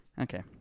Okay